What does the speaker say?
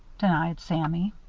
denied sammy.